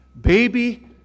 baby